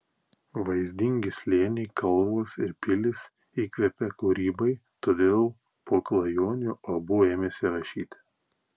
vaizdingi slėniai kalvos ir pilys įkvepia kūrybai todėl po klajonių abu ėmėsi rašyti